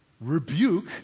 Rebuke